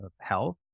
health